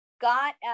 got